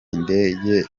indege